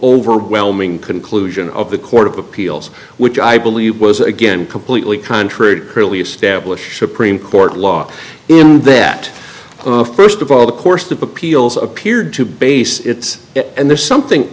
overwhelming conclusion of the court of appeals which i believe was again completely contrary to really established court law in that st of all the course of appeals appeared to base its and there's something